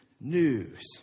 news